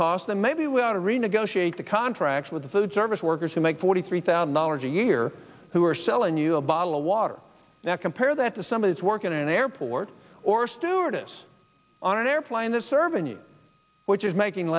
cost then maybe we ought to renegotiate the contract with the food service workers who make forty three thousand dollars a year who are selling you a bottle of water now compare that to somebody is working in an airport or a stewardess on an airplane that serving you which is making